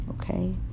okay